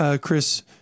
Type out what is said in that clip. Chris